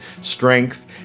strength